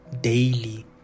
daily